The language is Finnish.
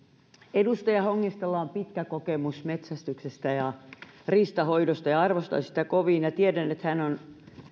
edustaja hongistolla on pitkä kokemus metsästyksestä ja riistanhoidosta arvostan sitä kovin ja tiedän että hän on